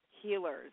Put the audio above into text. healers